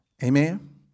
Amen